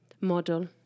Model